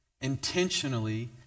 intentionally